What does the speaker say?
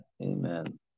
Amen